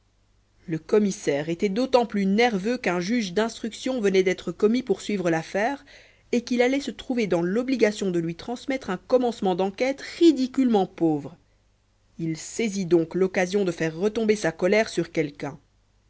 le commissaire était d'autant plus nerveux qu'un juge d'instruction venait d'être commis pour suivre l'affaire et qu'il allait se trouver dans l'obligation de lui transmettre un commencement d'enquête ridiculement pauvre il saisit donc l'occasion de faire retomber sa colère sur quelqu'un